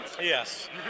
Yes